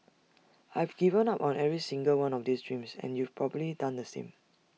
I've given up on every single one of these dreams and you've probably done the same